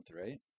right